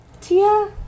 tia